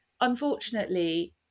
unfortunately